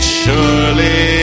surely